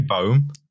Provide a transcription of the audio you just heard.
boom